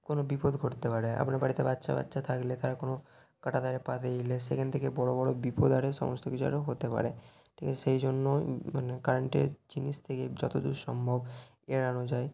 কোনো বিপদ ঘটতে পারে আপনার বাড়িতে বাচ্চা বাচ্চা থাকলে তারা কোনো কাটা তারে পা দিলে সেখান থেকে বড় বড় বিপদ আরে সমস্ত কিছু আরেও হতে পারে ঠিক আছে সেই জন্যই মানে কারেন্টের জিনিস থেকে যত দূর সম্ভব এড়ানো যায়